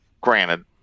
granted